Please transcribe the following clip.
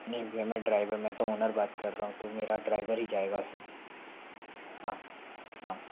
नहीं भैया मैं ड्राइवर मैं तो ओनर बात कर रहा हूँ तो मेरा ड्राइवर ही जाएगा उसमें हाँ हाँ